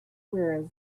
whereas